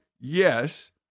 yes